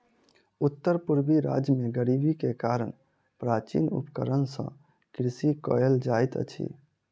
उत्तर पूर्वी राज्य में गरीबी के कारण प्राचीन उपकरण सॅ कृषि कयल जाइत अछि